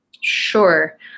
Sure